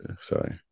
Sorry